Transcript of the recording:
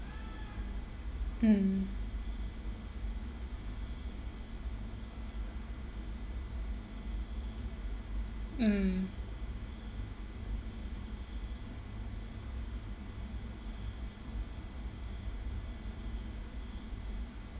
mm mm